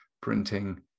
printing